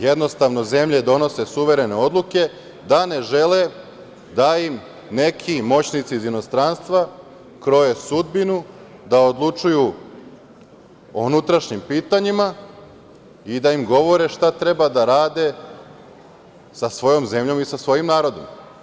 Jednostavno, zemlje donose suverene odluke da ne žele da im neki moćnici iz inostranstva kroje sudbinu, da odlučuju o unutrašnjim pitanjima i da im govore šta treba da rade sa svojom zemljom i sa svojim narodom.